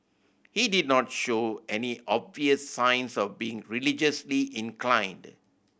he did not show any obvious signs of being religiously inclined